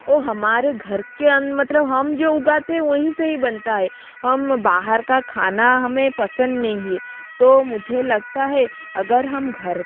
वो हमारे घर के मतलब हम जो उगाते है वहीं से ही बनता है हम बाहर का खाना हमें पसंद नही है तो मुझे लगता है अगर हम घर